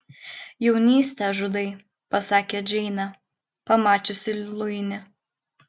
jaunystę žudai pasakė džeinė pamačiusi luinį